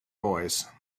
boys